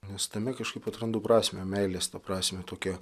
nes tame kažkaip atrandu prasmę meilės prasmę tokią